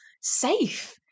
safe